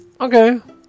okay